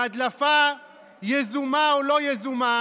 בהדלפה יזומה או לא יזומה